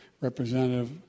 Representative